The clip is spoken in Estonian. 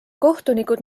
kohtunikud